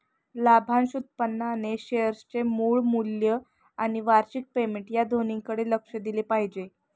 लाभांश उत्पन्नाने शेअरचे मूळ मूल्य आणि वार्षिक पेमेंट या दोन्हीकडे लक्ष दिले पाहिजे